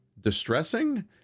distressing